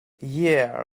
yeah